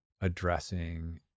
addressing